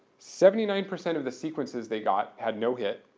seventy nine percent of the sequences they got had no hit,